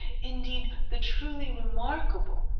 indeed the truly remarkable,